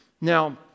Now